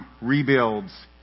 rebuilds